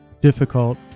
difficult